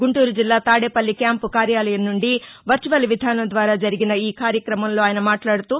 గుంటూరుజిల్లా ను తాదేపల్లి క్యాంపు కార్యాలయం నుండి వర్చువల్ విధానం ద్వారా జరిగిన ఈ కార్యక్రమంలో ఆయన మాట్లాడుతూ